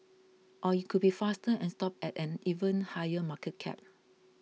or it could be faster and stop at an even higher market cap